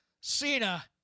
cena